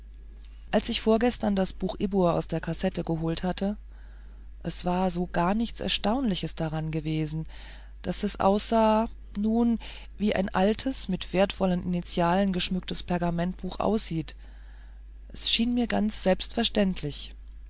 als ich vorgestern das buch ibbur aus der kassette geholt hatte es war so gar nichts erstaunliches daran gewesen daß es aussah nun wie eben ein altes mit wertvollen initialen geschmücktes pergamentbuch aussieht schien es mir ganz selbstverständlich